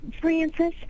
Francis